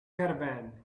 caravan